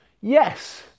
Yes